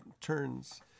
turns